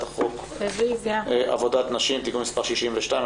פה אחד הצעת חוק עבודת נשים (תיקון מס' 62)